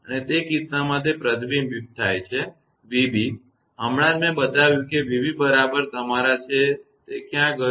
અને તે કિસ્સામાં તે પ્રતિબિંબિત થાય છે જે 𝑣𝑏 હમણાં જ મેં બતાવ્યું કે 𝑣𝑏 બરાબર તમારા છે તે ક્યાં ગયો